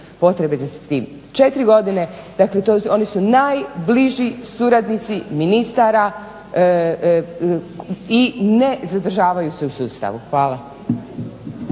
potrebe za tim. 4 godine dakle oni su najbliži suradnici ministara i ne zadržavaju se u sustavu. Hvala.